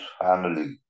family